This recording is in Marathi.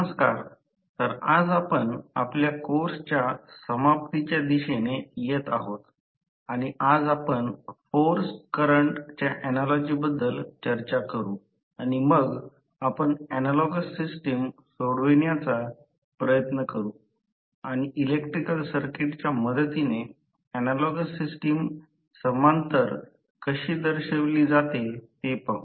नमस्कार तर आज आपण आपल्या कोर्सच्या समाप्तीच्या दिशेने येत आहोत आणि आज आपण फोर्स करंट च्या ऍनालॉजी बद्दल चर्चा करू आणि मग आपण ऍनालॉगस सिस्टम सोडवण्याचा प्रयत्न करू आणि इलेक्ट्रिकल सर्किटच्या मदतीने ऍनालॉगस सिस्टम समांतर कशी दर्शवली जाते ते पाहू